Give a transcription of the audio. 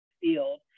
field